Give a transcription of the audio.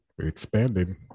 expanding